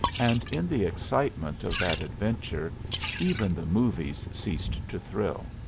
and in the excitement of that adventure even the movies ceased to thrill.